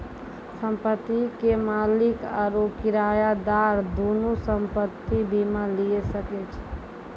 संपत्ति के मालिक आरु किरायादार दुनू संपत्ति बीमा लिये सकै छै